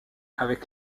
avec